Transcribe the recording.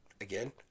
again